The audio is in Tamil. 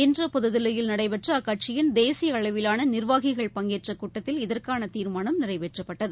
இன்று புதுதில்லியில் நடைபெற்ற அக்கட்சியின் தேசிய அளவிலான நிர்வாகிகள் பங்கேற்ற கூட்டத்தில் இதற்கான தீர்மானம் நிறைவேற்றப்பட்டது